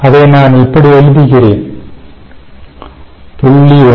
அதை நான் இப்படி எழுதுகிறேன் 0